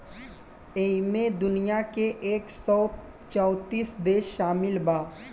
ऐइमे दुनिया के एक सौ चौतीस देश सामिल बा